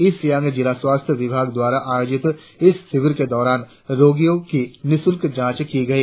east Siang जिला स्वास्थ्य विभाग द्वारा आयोजित इस शिविर के दौरान रोगियों की निशूल्कः जांच की गई